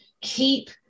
keep